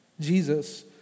Jesus